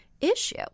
issue